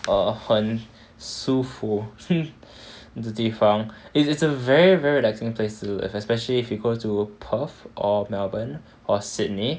err 很舒服的地方 it's a very very relaxing place especially if you go to perth or melbourne or sydney